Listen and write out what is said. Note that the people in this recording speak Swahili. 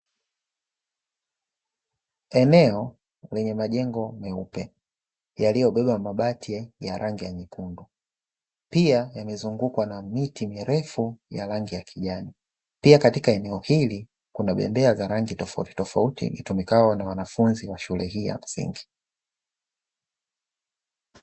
Eneo lenye majengo meupe yaliyobeba mabati ya rangi ya nyekundu, pia imezungukwa na miti mirefu ya rangi ya kijani, pia katika eneo hili kuna bendera ya rangi tofauti tofauti itumikazo na wanafunzi hawa wa shule ya msingi.